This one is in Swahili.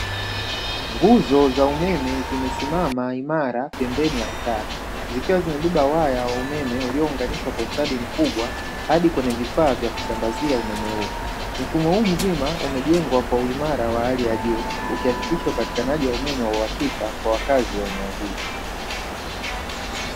Nguzo za umeme zimesimama imara pembeni ya mtaa, zikiwa zimebeba waya wa umeme uliounganishwa kwa ustadi mkubwa hadi kwenye vifaa vya kusambazia umeme huu, mfumo huu mzima umejengwa kwa uimara wa hali ya juu, ukihakikisha upatikanaji wa umeme wa uhakika kwa wakazi wa eneo hili.